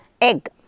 egg